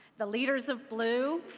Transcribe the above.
the leaders of bluu,